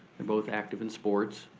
they're both active in sports.